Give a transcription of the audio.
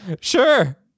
Sure